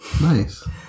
Nice